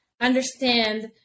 understand